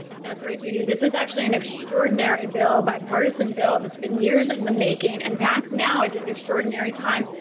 that's right, judy. this is actually an extraordinary bill, bipartisan bill, that's been years in the making, and passed now at this extraordinary time.